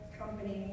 company